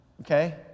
okay